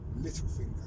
Littlefinger